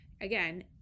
Again